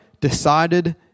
decided